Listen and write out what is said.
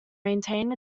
maintained